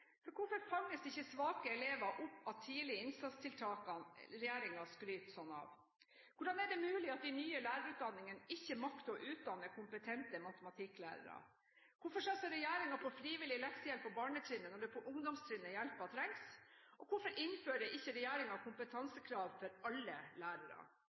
lytte. Hvorfor fanges ikke svake elever opp av tidlig innsats-tiltakene regjeringen skryter slik av? Hvordan er det mulig at de nye lærerutdanningene ikke makter å utdanne kompetente matematikklærere? Hvorfor satser regjeringen på frivillig leksehjelp på barnetrinnet, når det er på ungdomstrinnet hjelpen trengs? Og hvorfor innfører ikke regjeringen kompetansekrav for alle lærere?